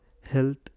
health